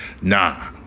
Nah